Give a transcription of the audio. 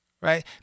Right